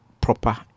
proper